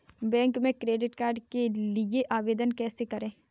Bank में credit card के लिए आवेदन कैसे करें?